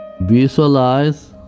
Visualize